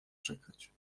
czekać